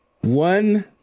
one